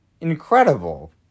incredible